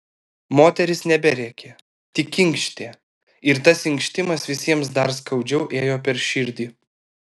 moteris neberėkė tik inkštė ir tas inkštimas visiems dar skaudžiau ėjo per širdį